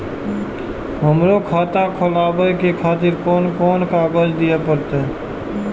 हमरो खाता खोलाबे के खातिर कोन कोन कागज दीये परतें?